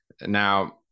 now